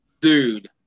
Dude